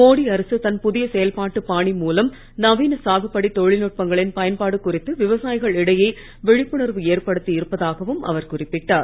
மோடி அரக தன் புதிய செயல்பாட்டுப் பாணி மூலம் நவீன சாகுபடி தொழில்நுட்பங்களின் பயன்பாடு குறித்து விவசாயிகள் இடையே விழிப்புணர்வு ஏற்படுத்தி இருப்பதாகவும் அவர் குறிப்பிட்டார்